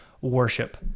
worship